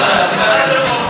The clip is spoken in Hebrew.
זה ועדת הרפורמות.